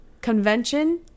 convention